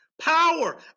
power